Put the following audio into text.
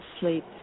sleep